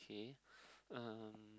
okay um